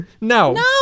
No